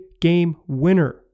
game-winner